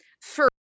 First